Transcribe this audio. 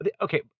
okay